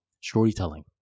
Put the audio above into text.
storytelling